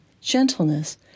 gentleness